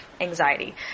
anxiety